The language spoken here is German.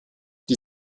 die